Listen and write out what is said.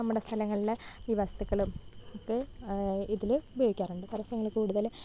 നമ്മുടെ സ്ഥലങ്ങൾലെ ഈ വസ്തുക്കളും ഇട്ട് ഇതില് ഉപയോഗിക്കാറ്ണ്ട് പരസ്യങ്ങള് കൂടുതലും